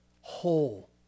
whole